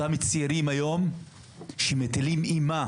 את אותם צעירים שמטילים אימה